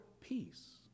peace